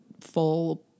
full